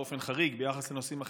באופן חריג ביחס לנושאים אחרים,